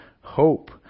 hope